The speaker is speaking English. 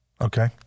Okay